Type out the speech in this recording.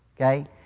Okay